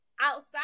outside